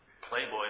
Playboy